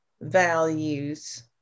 values